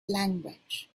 language